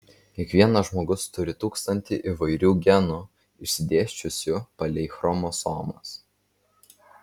kiekvienas žmogus turi tūkstantį įvairių genų išsidėsčiusių palei chromosomas